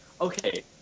okay